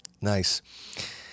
Nice